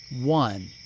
one